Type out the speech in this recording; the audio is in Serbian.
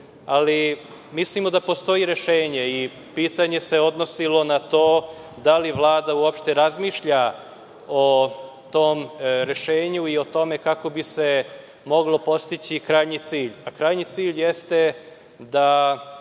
celishodno. Mislimo da postoji rešenje i pitanje se odnosilo na to da li Vlada uopšte razmišlja o tom rešenju i o tome kako bi se mogao postići krajnji cilj. Krajnji cilj je da